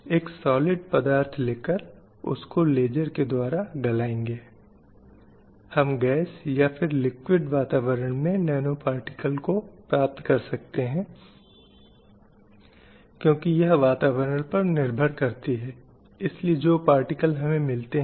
यह इस धारणा से आता है कि महिलाएं कुछ प्रकार के काम कर सकती हैं और कुछ अन्य नहीं कर सकती हैं क्योंकि शायद वो भावना यह है कि वे कमजोर हैं